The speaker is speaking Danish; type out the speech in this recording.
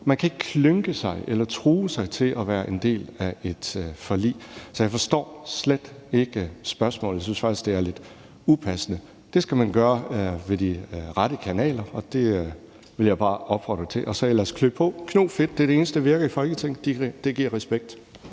Man kan ikke klynke sig til eller true sig til at være en del af et forlig. Så jeg forstår slet ikke spørgsmålet, og jeg synes faktisk, det er lidt upassende. Det skal man gøre gennem de rette kanaler, og det vil jeg bare opfordre til. Og så ellers klø på. Knofedt er det eneste, der virker i Folketinget, og det giver respekt.